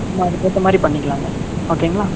நம்ம அதுக்கேற்ற மாதிரி பண்ணிக்கலாங்க ஓகேங்களா